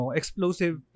explosive